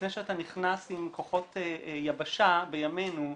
לפני שאתה נכנס עם כוחות יבשה בימינו,